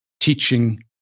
teaching